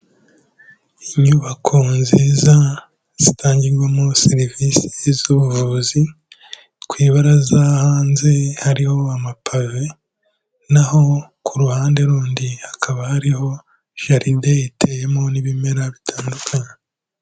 Inyubako nziza zitangirwamo serivisi z'ubuvuzi, ku ibaraza hanze hariho amapave naho ku ruhande rundi hakaba hariho jaride iteyemo n'ibimera bitandukanye.